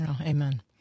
Amen